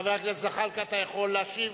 חבר הכנסת זחאלקה, אתה יכול להשיב.